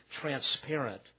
transparent